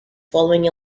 following